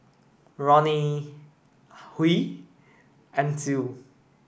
Ronnie Huy Ancil